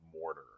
Mortar